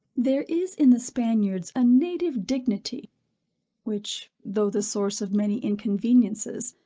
there is in the spaniards a native dignity which, though the source of many inconveniences,